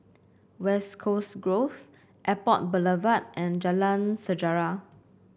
West Coast Grove Airport Boulevard and Jalan Sejarah